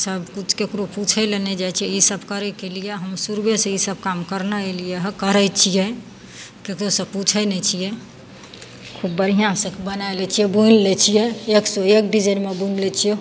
सबकिछु ककरो पुछय लए नहि जाइ छियै ईसब करयके लिये हम शुरुवे सँ ईसब काम करनाय अयलियै हइ करय छियै ककरोसँ पुछय नहि छियै खूब बढ़िआँसँ बनाय लै छियै बुनि लै छियै एक सँ एक डिजाइनमे बुनि लै छियै